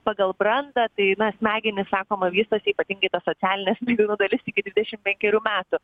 pagal brandą tai na smegenys sakoma vystosi įpatingai ta socialinė smegenų dalis iki dvidešim penkerių metų